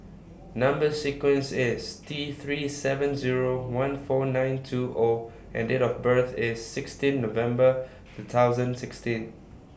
Number sequence IS T three seven Zero one four nine two O and Date of birth IS sixteen November two thousand sixteen